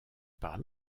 par